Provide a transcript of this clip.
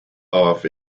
off